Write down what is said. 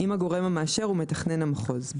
אם הגורם המאשר הוא מתכנן המחוז.